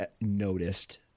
noticed